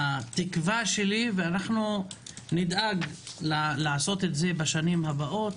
התקווה שלי, ואנחנו נדאג לעשות את זה בשנים הבאות,